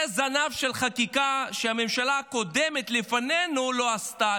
זנב של חקיקה שהממשלה הקודמת לפנינו לא עשתה,